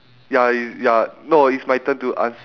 ya i~ ya no it's my turn to ans~